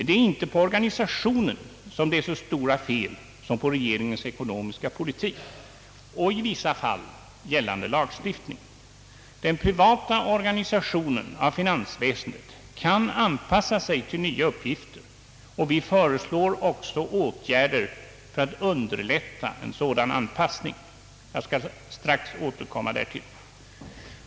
Det är inte på organisationen som det är så stora fel som på regeringens ekonomiska politik och i vissa fall gällande lagstiftning. Den privata organisationen av finansväsendet kan anpassa sig till nya uppgifter, och vi föreslår också åtgärder för att underlätta en sådan anpassning. Jag skall strax återkomma därtill.